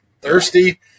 thirsty